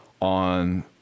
on